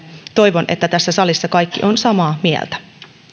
toivon että tästä asiasta tässä salissa kaikki ovat samaa mieltä